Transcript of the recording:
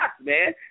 man